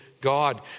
God